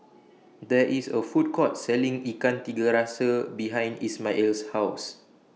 There IS A Food Court Selling Ikan Tiga Rasa behind Ismael's House